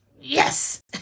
yes